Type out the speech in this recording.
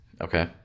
Okay